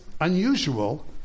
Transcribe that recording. unusual